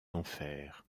enfers